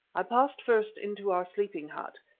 i passed first into our sleeping hut,